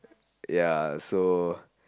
ya so